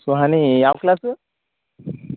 ಸುಹನಿ ಯಾವ ಕ್ಲಾಸ್